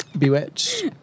bewitched